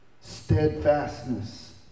steadfastness